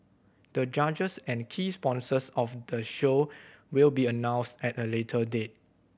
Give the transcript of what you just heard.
the judges and key sponsors of the show will be announced at a later date